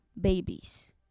babies